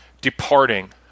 departing